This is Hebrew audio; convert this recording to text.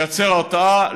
לייצר הרתעה,